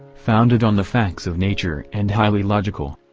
founded on the facts of nature and highly logical.